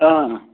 اۭں